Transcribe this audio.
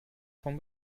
von